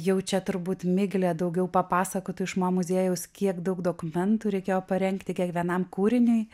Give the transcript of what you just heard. jau čia turbūt miglė daugiau papasakotų iš mo muziejaus kiek daug dokumentų reikėjo parengti kiekvienam kūriniui